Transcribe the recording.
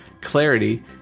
clarity